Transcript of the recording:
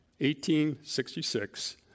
1866